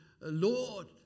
Lord